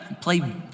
play